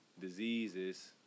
diseases